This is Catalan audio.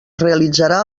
realitzarà